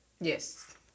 Yes